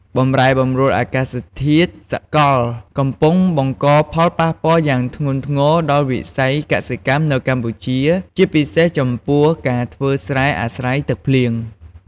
បម្រែបម្រួលអាកាសធាតុសកល កំពុងបង្កផលប៉ះពាល់យ៉ាងធ្ងន់ធ្ងរដល់វិស័យកសិកម្មនៅកម្ពុជា ជាពិសេសចំពោះការធ្វើស្រែអាស្រ័យទឹកភ្លៀង។